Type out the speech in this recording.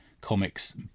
comics